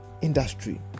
industry